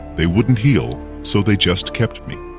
they wouldn't heal, so they just kept me.